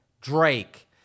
Drake